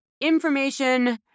information